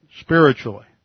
spiritually